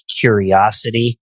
curiosity